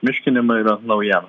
miškinimą yra naujiena